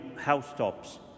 housetops